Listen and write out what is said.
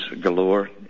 galore